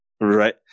Right